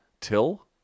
Till